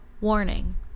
Warning